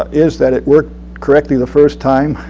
is that it worked correctly the first time.